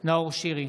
נאור שירי,